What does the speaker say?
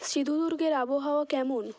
সিধু দুর্গের আবহাওয়া কেমন